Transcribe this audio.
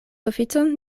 oficon